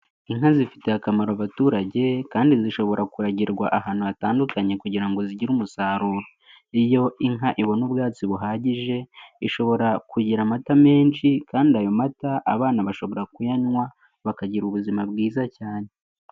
Inka zifitiye akamaro abaturage kandi zishobora kuragirwa ahantu hatandukanye kugira ngo zigire umusaruro, iyo inka ibona ubwatsi buhagije ishobora kugira amata menshi kandi ayo mata abana bashobora kuyanywa bakagira ubuzima bwiza cyane.